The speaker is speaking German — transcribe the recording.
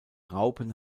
raupen